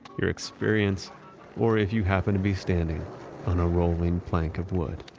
your experience or if you happen to be standing on a rolling plank of wood